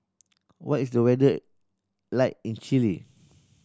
what is the weather like in Chile